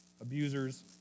Abusers